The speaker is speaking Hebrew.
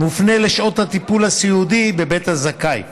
מופנה לשעות הטיפול הסיעודי בבית הזכאי.